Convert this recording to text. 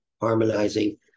harmonizing